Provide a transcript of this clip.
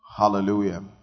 Hallelujah